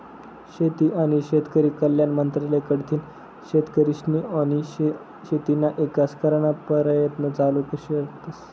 शेती आनी शेतकरी कल्याण मंत्रालय कडथीन शेतकरीस्नी आनी शेतीना ईकास कराना परयत्न चालू शेतस